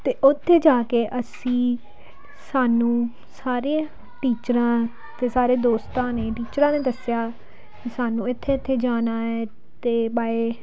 ਅਤੇ ਉੱਥੇ ਜਾ ਕੇ ਅਸੀਂ ਸਾਨੂੰ ਸਾਰੇ ਟੀਚਰਾਂ ਅਤੇ ਸਾਰੇ ਦੋਸਤਾਂ ਨੇ ਟੀਚਰਾਂ ਨੇ ਦੱਸਿਆ ਕਿ ਸਾਨੂੰ ਇੱਥੇ ਇੱਥੇ ਜਾਣਾ ਹੈ ਅਤੇ ਬਾਏ